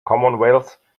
commonwealth